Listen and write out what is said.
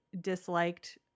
disliked